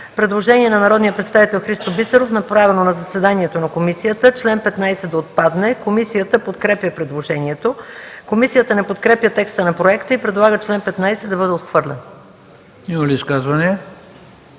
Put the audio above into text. Предложение на народния представител Христо Бисеров, направено на заседанието на комисията – чл. 17 да отпадне. Комисията подкрепя предложението. Комисията не подкрепя текста на проекта и предлага чл. 17 да бъде отхвърлен. ПРЕДСЕДАТЕЛ